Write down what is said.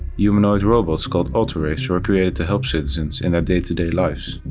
humanoid robots called autoreivs were created to help citizens in their day-to-day lives.